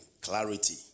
clarity